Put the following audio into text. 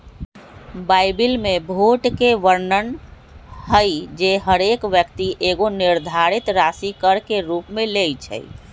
Bible में भोट के वर्णन हइ जे हरेक व्यक्ति एगो निर्धारित राशि कर के रूप में लेँइ छइ